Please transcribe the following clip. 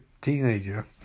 teenager